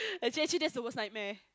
actually actually that's the worst nightmare